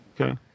Okay